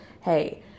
hey